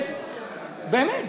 באמת,